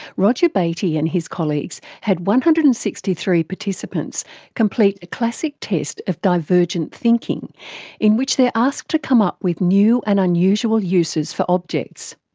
roger beaty and his colleagues had one hundred and sixty three participants complete a classic test of divergent thinking in which they are asked to come up with new and unusual uses for objects.